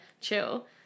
chill